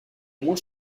moins